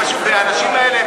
והאנשים האלה,